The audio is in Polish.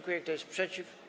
Kto jest przeciw?